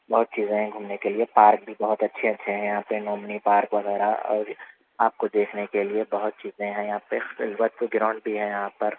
بہت چیزیں ہیں گھومنے کے لیے پارک بھی بہت اچھے اچھے ہیں یہاں پہ نومنی پارک وغیرہ اور آپ کو دیکھنے کے لیے بہت چیزیں ہیں یہاں پہ سلور گراؤنڈ بھی ہے یہاں پر